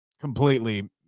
completely